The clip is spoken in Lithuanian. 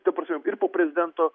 ta prasme ir po prezidento